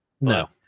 No